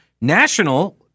national